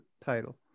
title